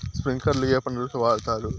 స్ప్రింక్లర్లు ఏ పంటలకు వాడుతారు?